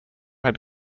had